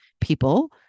people